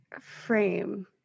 frame